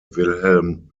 wilhelm